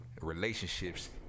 relationships –